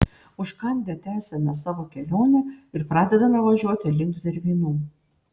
užkandę tęsiame savo kelionę ir pradedame važiuoti link zervynų